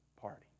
party